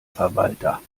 verwalter